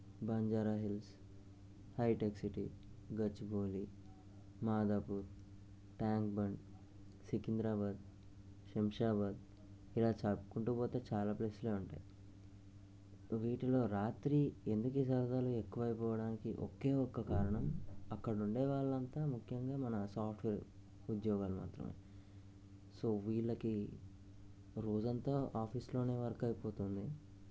Banjara Hills Hitech City Gachibowli Madhapur Tank Bund Secunderabad Shamshabad ఇలా చెప్పుకుంతు పోతే చాలా ప్లేసెస్ ఉంటాయి వీటిలో రాత్రి ఎందుకు ఈ సరదాలు ఎక్కువ అయిపోవడానికి ఒకే ఒక్క కారణం అక్కడ ఉండే వాళ్ళు అంతా ముఖ్యంగా మన సాఫ్ట్వేర్ ఉద్యోగాలు మాత్రమే సో వీళ్ళకి రోజంతా ఆఫీస్లో వర్క్ అయిపోతుంది